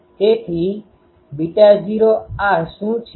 તેથી β૦r શુ છે